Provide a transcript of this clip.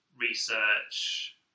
research